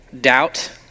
Doubt